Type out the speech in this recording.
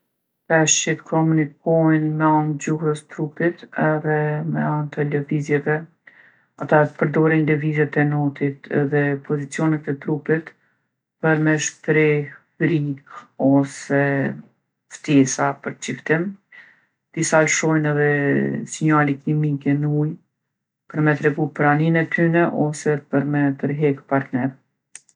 Peshqit komunikojnë me anë t'gjuhës trupit edhe me anë të lëvizjeve. Ata përdorin levizjet e notit edhe pozicionet e trupit për me shpreh frikë ose ftesa për çiftim. Disa lshojnë edhe sinjale kimike n'ujë për me tregu praninë e tyne ose për me tërhjekë partner.